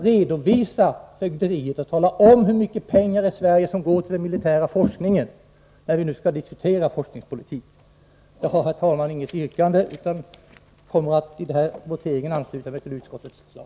Redovisa fögderiet och tala om hur mycket pengar som i Sverige går till den militära forskningen, när vi nu skall diskutera forskningspolitik! Herr talman! Jag har inget yrkande utan kommer i voteringen att ansluta mig till utskottets förslag.